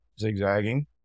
zigzagging